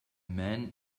man